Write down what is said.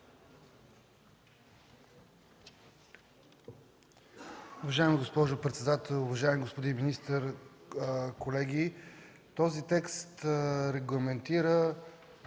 Уважаема госпожо председател, уважаеми господин министър, колеги! Този текст регламентира